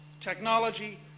technology